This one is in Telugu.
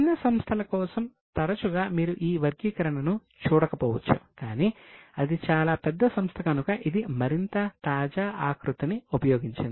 చిన్న సంస్థల కోసం తరచుగా మీరు ఈ వర్గీకరణను చూడకపోవచ్చు కానీ ఇది చాలా పెద్ద సంస్థ కనుక ఇది మరింత తాజా ఆకృతిని ఉపయోగించింది